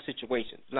situations